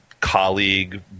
colleague